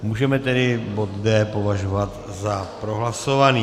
Můžeme tedy bod D považovat za prohlasovaný.